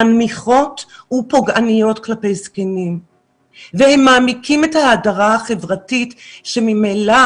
מנמיכות ופוגעניות כלפי זקנים והם מעמיקים את ההדרה החברתית שממילא